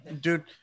Dude